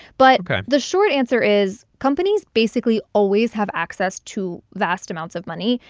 but the short answer is companies basically always have access to vast amounts of money.